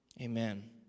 Amen